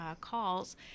calls